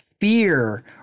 fear